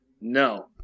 No